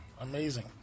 Amazing